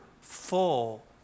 full